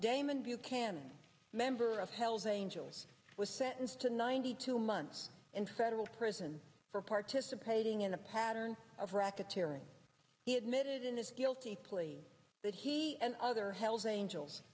damon buchanan member of hell's angels was sentenced to ninety two months in federal prison for participating in a pattern of racketeering he admitted in his guilty plea that he and other hells angels